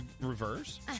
reverse